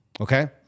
Okay